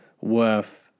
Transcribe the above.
worth